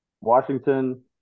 Washington